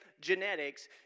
genetics